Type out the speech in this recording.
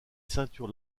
ceinture